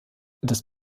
das